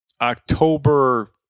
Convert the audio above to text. October